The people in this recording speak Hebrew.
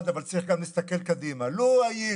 לא היו